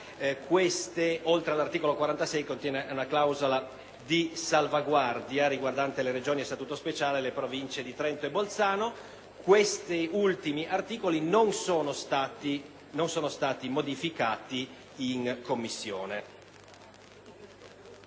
del federalismo, contiene una clausola di salvaguardia riguardante le Regioni a Statuto speciale e le Province di Trento e Bolzano. Questi ultimi articoli non sono stati modificati in Commissione.